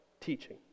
teaching